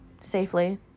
safely